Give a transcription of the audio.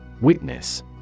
Witness